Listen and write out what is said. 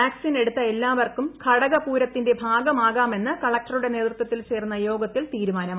vaccine എടുത്ത എല്ലാവർക്കും ഘടക പൂരത്തിന്റെ ഭാഗമാകാമെന്ന് കളക്ടറുടെ നേതൃത്വത്തിൽ ചേർന്ന യോഗത്തിൽ തീരുമാനമായി